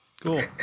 Cool